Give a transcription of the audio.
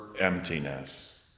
emptiness